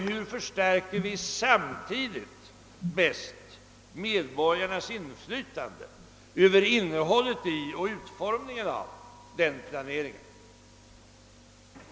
Hur förstärker vi samtidigt bäst medborgarnas inflytande över innehållet i och utformningen av denna planering?